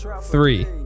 three